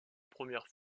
première